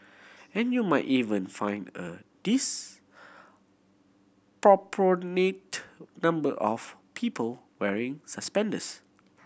and you might even find a number of people wearing suspenders